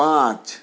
પાંચ